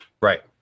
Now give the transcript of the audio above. Right